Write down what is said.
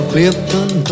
Clifton